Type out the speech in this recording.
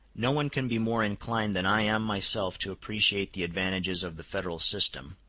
no one can be more inclined than i am myself to appreciate the advantages of the federal system,